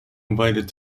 invited